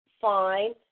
fine